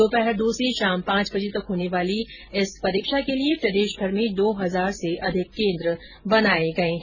दोपहर दो से शाम पांच बजे तक होने वाली इस परीक्षा के लिए प्रदेशभर में दो हजार से अधिक केन्द्र बनाए गए हैं